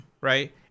Right